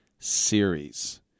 series